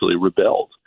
rebelled